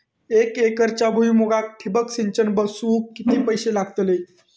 एक एकरच्या भुईमुगाक ठिबक सिंचन बसवूक किती पैशे लागतले?